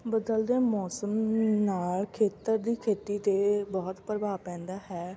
ਬਦਲਦੇ ਮੌਸਮ ਨਾਲ ਖੇਤਰ ਦੀ ਖੇਤੀ 'ਤੇ ਬਹੁਤ ਪ੍ਰਭਾਵ ਪੈਂਦਾ ਹੈ